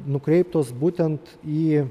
nukreiptos būtent į